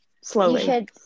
slowly